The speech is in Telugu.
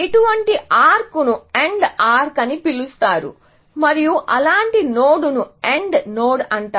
ఇటువంటి ఆర్క్ను AND ఆర్క్ అని పిలుస్తారు మరియు అలాంటి నోడ్ను AND నోడ్ అంటారు